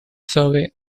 survey